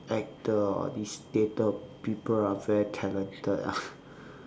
actor or these theatre people are very talented ah